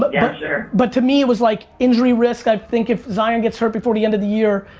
but yeah, i'm sure. but to me, it was like, injury risk, i think if zion gets hurt before the end of the year,